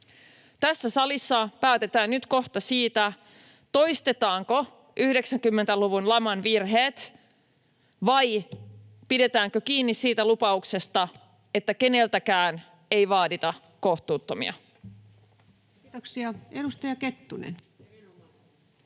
Tässä salissa päätetään nyt siitä, toistetaanko 1990-luvun laman virheet vai pidetäänkö kiinni siitä lupauksesta, että keneltäkään ei vaadita kohtuuttomia. [Speech 253] Speaker: